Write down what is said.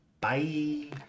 Bye